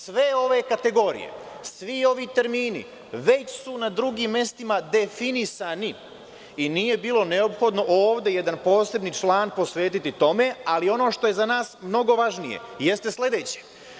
Sve ove kategorije, i ovi termini, već su na drugim mestima definisani i nije bilo neophodno ovde jedan posebni član posvetiti tome, ali ono što je za nas mnogo važnije jeste sledeće.